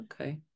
okay